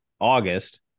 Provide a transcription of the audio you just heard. August